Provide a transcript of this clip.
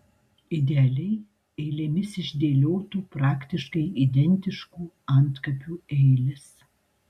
idealiai eilėmis išdėliotų praktiškai identiškų antkapių eilės